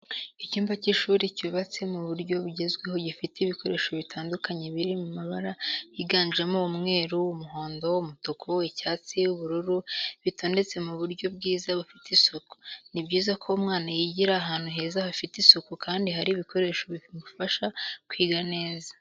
Icyumba cy'ishuri cyubatse mu buryo bugezweho gifite ibikoresho bitandukanye biri mabara yiganjemo umweru, umuhondo, umutuku, icyatsi ubururu, bitondetse mu buryo bwiza bufite isuku. Ni byiza ko umwana yigira ahantu heza hafite isuku kandi hari ibikoresho bimufasha kwiga neza.